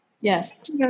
yes